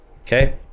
Okay